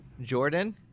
Jordan